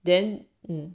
then mm